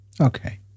Okay